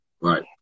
right